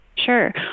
Sure